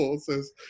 says